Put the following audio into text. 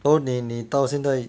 so 你你到现在